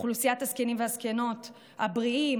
ואוכלוסיית הזקנים והזקנות הבריאים,